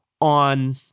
on